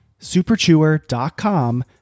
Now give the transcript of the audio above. Superchewer.com